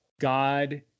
God